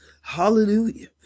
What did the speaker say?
Hallelujah